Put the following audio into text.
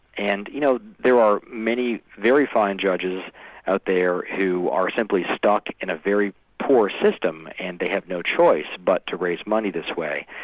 and you know, there are many very fine judges out there who are simply stuck in a very poor system and they have no choice but to raise money this way.